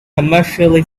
commercially